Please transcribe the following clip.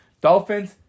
Dolphins